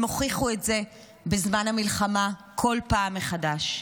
הם הוכיחו את זה בזמן המלחמה כל פעם מחדש.